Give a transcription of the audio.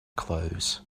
clothes